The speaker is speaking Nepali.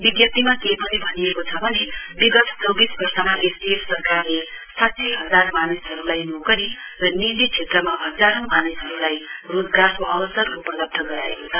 विजप्तीमा के पनि भनिएको छ भने विगत चौविस वर्षमा एसडीएफ सरकारले साठी हजार मानिसहरुलाई नोकरी र निजी क्षेत्रमा हजरौं मानिसहरुलाई रोजगारको अवसर उपलब्ध गराएको छ